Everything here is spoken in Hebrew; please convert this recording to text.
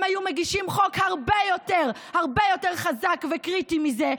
הם היו מגישים חוק הרבה יותר חזק וקריטי מזה,